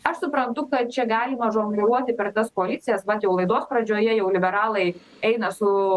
aš suprantu kad čia galima žongliruoti per tas koalicijas vat jau laidos pradžioje jau liberalai eina su